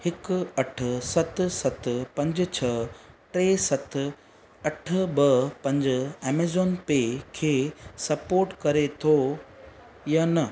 हिकु अठ सत सत पंज छह टे सत अठ ॿ पंज अमेज़ॉन पे खे सपोर्ट करे थो या न